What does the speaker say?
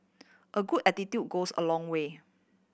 a good attitude goes a long way